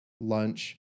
lunch